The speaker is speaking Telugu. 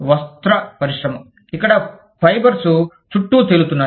వస్త్ర పరిశ్రమ ఇక్కడ ఫైబర్స్ చుట్టూ తేలుతున్నాయి